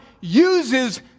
uses